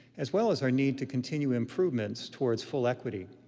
as well as our need to continue improvements towards full equity.